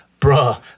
Bruh